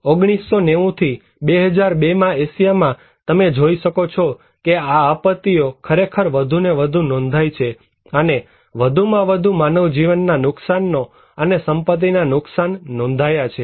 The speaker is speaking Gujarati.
1990 થી 2002 માં એશિયામાં તમે જોઈ શકો છો કે આ આપત્તિઓ ખરેખર વધુને વધુ નોંધાઈ છે અને વધુમાં વધુ માનવજીવનના નુકસાનો અને સંપત્તિના નુકસાન નોંધાયા છે